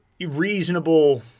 reasonable